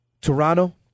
Toronto